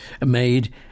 made